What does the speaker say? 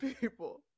people